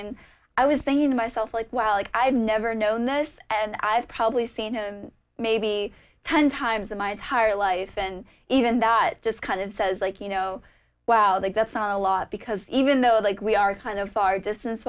and i was thinking to myself like well i've never known this and i've probably seen maybe ten times in my entire life and even that just kind of says like you know wow they got some a lot because even though they've we are kind of far distance